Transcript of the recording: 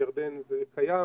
לירדן זה קיים,